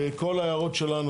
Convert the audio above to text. כל ההערות שלנו,